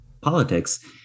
politics